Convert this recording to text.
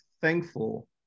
thankful